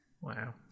wow